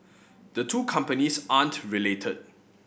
the two companies aren't related